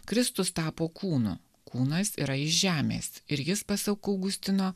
kristus tapo kūnu kūnas yra iš žemės ir jis pasak augustino